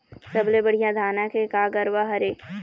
सबले बढ़िया धाना के का गरवा हर ये?